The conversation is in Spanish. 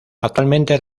actualmente